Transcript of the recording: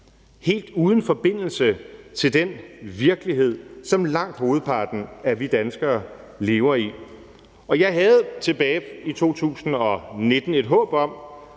helt uden forbindelse til den virkelighed, som langt hovedparten af vi danskere lever i. Og jeg havde tilbage i 2019 et håb om,